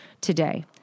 today